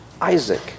Isaac